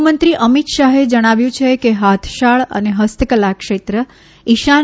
ગુફમંત્રી અમિત શાહે જણાવ્યું છે કે હાથશાળ અને ફસ્તકલા ક્ષેત્ર ઇશાન